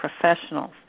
professionals